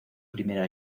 primera